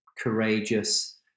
courageous